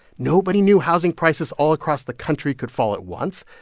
nobody knew housing prices all across the country could fall at once.